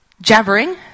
jabbering